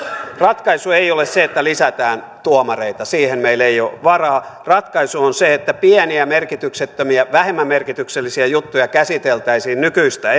ratkaisu ei ole se että lisätään tuomareita siihen meillä ei ole varaa ratkaisu on se että pieniä merkityksettömiä vähemmän merkityksellisiä juttuja käsiteltäisiin nykyistä